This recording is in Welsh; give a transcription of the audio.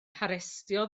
harestio